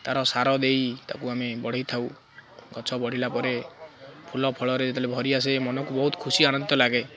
ତା'ର ସାର ଦେଇ ତାକୁ ଆମେ ବଢ଼େଇଥାଉ ଗଛ ବଢ଼ିଲା ପରେ ଫୁଲ ଫଳରେ ଯେତେବେଳେ ଭରି ଆସେ ମନକୁ ବହୁତ ଖୁସି ଆନନ୍ଦିତ ଲାଗେ